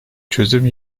çözüm